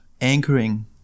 anchoring